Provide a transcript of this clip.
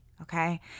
okay